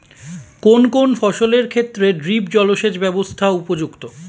কোন কোন ফসলের ক্ষেত্রে ড্রিপ জলসেচ ব্যবস্থা উপযুক্ত?